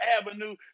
avenue